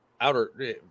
outer